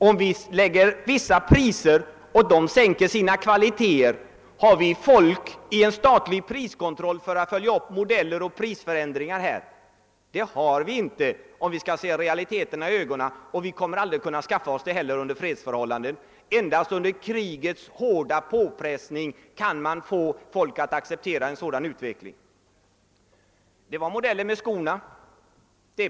Om vi fastställer vissa priser och man därute sänker sina kvaliteter, har vi då personal i en statlig priskontroll som kan följa upp modelloch prisförändringar här? Det har vi inte, om vi skall se realiteterna i ögonen, och vi kommer aldrig att kunna skaffa oss det heller under fredsförhållanden. Endast under krigets hårda påfrestningar kan en sådan här utveckling accepteras. Det var skorna.